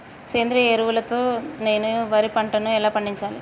సేంద్రీయ ఎరువుల తో నేను వరి పంటను ఎలా పండించాలి?